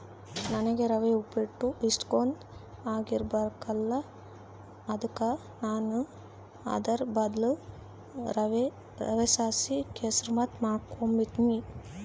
ನನಿಗೆ ರವೆ ಉಪ್ಪಿಟ್ಟು ಅಷ್ಟಕೊಂದ್ ಆಗಿಬರಕಲ್ಲ ಅದುಕ ನಾನು ಅದುರ್ ಬದ್ಲು ರವೆಲಾಸಿ ಕೆಸುರ್ಮಾತ್ ಮಾಡಿಕೆಂಬ್ತೀನಿ